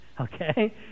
okay